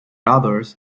others